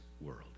world